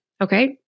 Okay